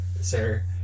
sir